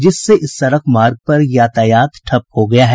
जिससे इस सड़क मार्ग पर यातायात ठप हो गया है